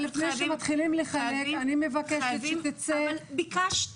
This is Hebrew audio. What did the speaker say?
אבל לפני שמתחילים לחלק, אני מבקשת --- ביקשתי.